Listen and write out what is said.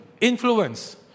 influence